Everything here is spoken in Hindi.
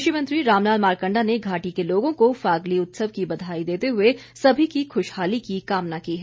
कृषि मंत्री रामलाल मारकंडा ने घाटी के लोगों को फागली उत्सव की बधाई देते हुए सभी की खुशहाली की कामना की है